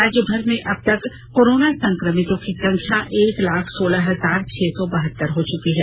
राज्य भर में अब तक कोरोना संक्रमितों की संख्या एक लाख सोलह हजार छह सौ बहत्तर हो चुकी है